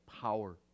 power